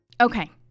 Okay